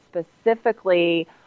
specifically